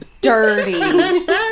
dirty